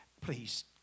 Please